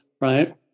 right